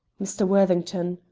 mr. worthington,